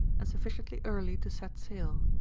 and sufiiciently early to set sail.